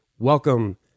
Welcome